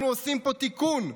אנחנו עושים פה תיקון.